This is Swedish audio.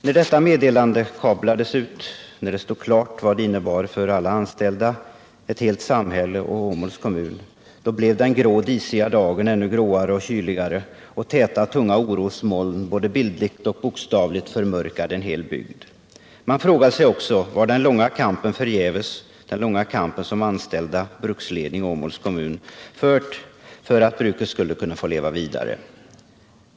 När detta meddelande kablades ut och det stod klart vad det innebar för alla anställda, för ett helt samhälle och Åmåls kommun, blev den grå, disiga dagen ännu gråare och kyligare, och täta och tunga orosmoln både bildligt och bokstavligt förmörkade en hel bygd. Man frågade sig också: Var den långa kamp förgäves som anställda, bruksledning och Åmåls kommun fört för att bruket skulle kunna få leva vidare?